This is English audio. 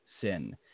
sin